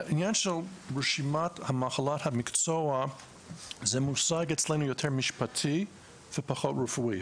עניין של רשימת המחלות המקצוע זה מושג אצלנו יותר משפטי ופחות רפואי,